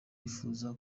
yifuza